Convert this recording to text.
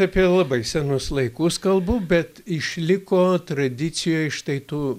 apie labai senus laikus kalbu bet išliko tradicijoj štai tų